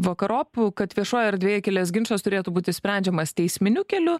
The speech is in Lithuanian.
vakarop kad viešoj erdvėj kilęs ginčas turėtų būt išsprendžiamas teisminiu keliu